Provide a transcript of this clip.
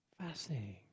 Fascinating